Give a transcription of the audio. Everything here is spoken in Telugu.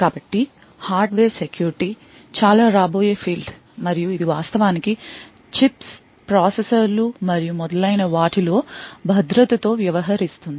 కాబట్టి హార్డ్వేర్ సెక్యూరిటీ చాలా రాబోయే ఫీల్డ్ మరియు ఇది వాస్తవానికి చిప్స్ ప్రాసెసర్లు మరియు మొదలైన వాటిలో భద్రత తో వ్యవహరిస్తుంది